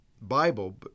Bible